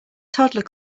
toddler